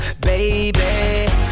Baby